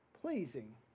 pleasing